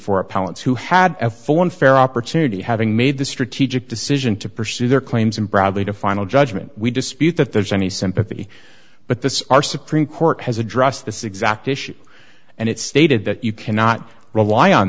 appellants who had a full and fair opportunity having made the strategic decision to pursue their claims and bradley to final judgment we dispute that there's any sympathy but this our supreme court has addressed this exact issue and it's stated that you cannot rely on